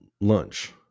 lunch